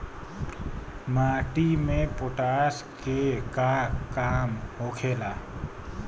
माटी में पोटाश के का काम होखेला?